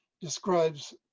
describes